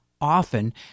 often